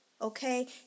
okay